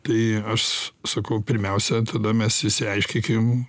tai aš sakau pirmiausia tada mes išsiaiškinkim